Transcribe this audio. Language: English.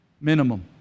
Minimum